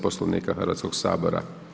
Poslovnika Hrvatskog sabora.